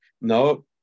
No